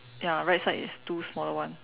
ya right side is two smaller one